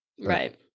Right